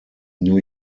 new